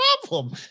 problem